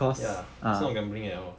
ya it's not gambling at all